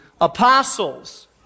Apostles